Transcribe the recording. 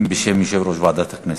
בשם יושב-ראש ועדת הכנסת.